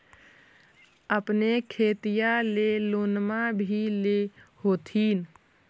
अपने खेतिया ले लोनमा भी ले होत्थिन?